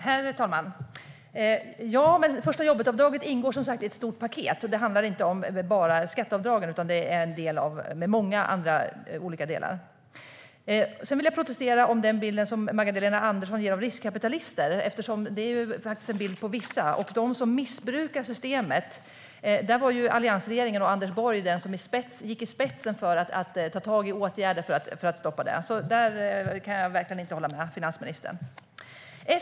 Herr talman! Förstajobbetavdraget ingår i ett stort paket. Det handlar inte bara om skatteavdragen, utan det är en del av många andra delar. Jag vill protestera mot den bild Magdalena Andersson ger av riskkapitalister. Det är en bild av vissa. Alliansregeringen och Anders Borg gick i spetsen för att vidta åtgärder mot dem som missbrukar systemet. Där kan jag verkligen inte hålla med finansministern.